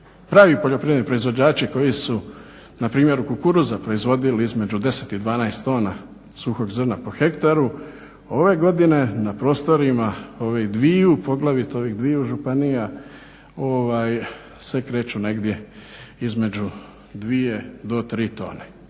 Pravi poljoprivredni proizvođači koji su na primjeru kukuruza proizvodili između 10 i 12 tona suhog zrna po hektaru ove godine na prostorima ovih dviju, poglavito ovih dviju županija se kreću negdje između 2 do 3 tone.